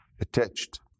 attached